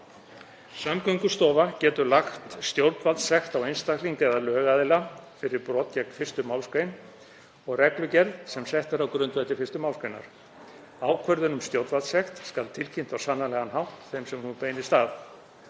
Samgöngustofa getur lagt stjórnvaldssekt á einstakling eða lögaðila fyrir brot gegn 1. mgr. og reglugerð sem sett er á grundvelli 1. mgr. Ákvörðun um stjórnvaldssekt skal tilkynnt á sannanlegan hátt þeim sem hún beinist að.